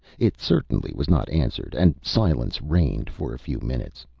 it certainly was not answered, and silence reigned for a few minutes.